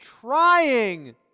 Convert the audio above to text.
trying